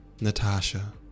Natasha